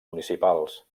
municipals